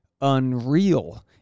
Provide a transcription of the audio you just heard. unreal